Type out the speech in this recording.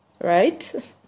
right